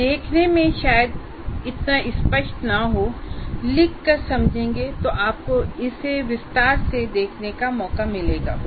यह देखने में शायद इतना स्पष्ट न हो इसलिए लिख कर समझेंगे तो आपको इसे विस्तार से देखने का मौका मिलेगा